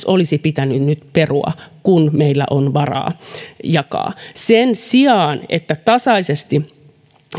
olisi pitänyt nyt perua kun meillä on varaa jakaa sen sijaan että tasaisesti